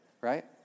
right